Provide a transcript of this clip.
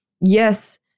yes